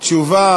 תשובה